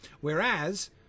whereas